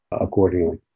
accordingly